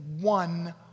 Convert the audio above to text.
one